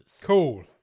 Cool